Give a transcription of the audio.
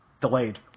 Delayed